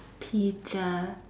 pizza